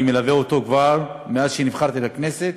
אני מלווה אותו כבר מאז נבחרתי לכנסת,